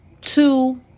two